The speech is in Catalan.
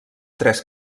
tres